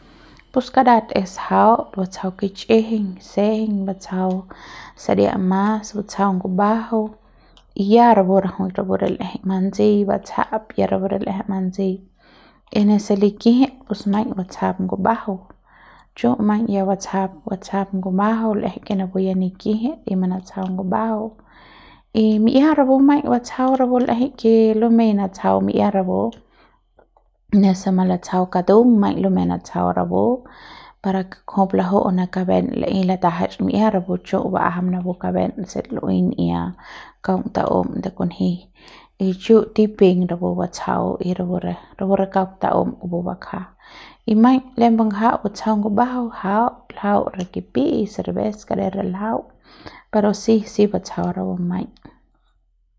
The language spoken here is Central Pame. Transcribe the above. pus karat es jaut batsjau kichjiñ sejeiñ batsjau saria mas batsjau ngumbajau y ya rapu rajuik re l'ejei manseiñ batsja'ap ya rapu re l'ejeiñ manseiñ y nese likijit pus maiñ batsjap ngumbajau chu maiñ ya batsjap batsjap ngumajau l'ejei ke napu ya nikijit y manatsjau ngumbajau y mi'ia rapu maiñ batsjau rapu l'ejei ke lumeiñ natsjau mi'ia rapu nese malatsjau katung maiñ lumei natsjau rapu para ke laju'u ne kaben laei latajach mi'ia rapu chu bajam napu kaben se lu'ui n'ia kaung ta'um de kunji y chu tipiñ rapu batsjau y rapu rapu re kaung ta'um kupu bakja y maiñ lembu ngja batsjau ngumbajau jaut ljau re kipi'i cerves ke re ljau pero si si batsjau rapu maiñ.